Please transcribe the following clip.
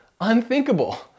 unthinkable